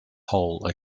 hole